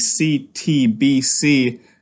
CTBC